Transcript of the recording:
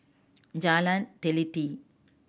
Jalan Teliti